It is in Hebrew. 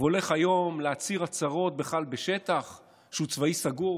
והולך היום להצהיר הצהרות בכלל בשטח שהוא צבאי סגור,